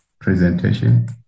presentation